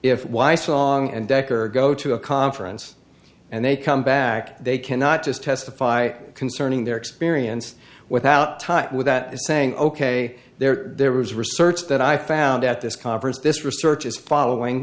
if why song and decker go to a conference and they come back they cannot just testify concerning their experience without time with that is saying ok there there was research that i found at this conference this research is following